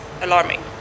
alarming